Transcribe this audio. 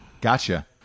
Gotcha